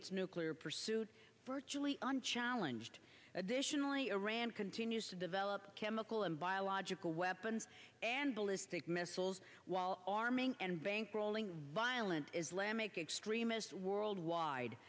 its nuclear pursuit virtually unchallenged additionally iran continues to develop chemical and biological weapons and ballistic missiles while arming and bankrolling violent islamic extremists worldwide